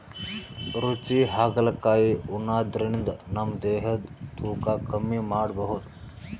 ರುಚಿ ಹಾಗಲಕಾಯಿ ಉಣಾದ್ರಿನ್ದ ನಮ್ ದೇಹದ್ದ್ ತೂಕಾ ಕಮ್ಮಿ ಮಾಡ್ಕೊಬಹುದ್